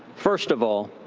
first of all,